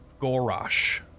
Gorosh